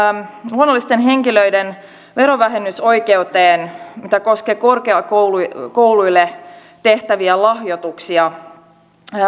luonnollisten henkilöiden verovähennysoikeuteen mikä koskee korkeakouluille tehtäviä lahjoituksia